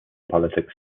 politics